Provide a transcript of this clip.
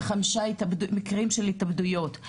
וחמישה מקרים של התאבדויות.